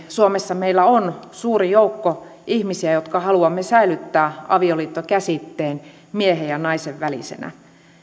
suomessa meillä on suuri joukko ihmisiä jotka haluamme säilyttää avioliittokäsitteen miehen ja naisen välisenä